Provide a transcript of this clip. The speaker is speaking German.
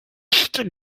nicht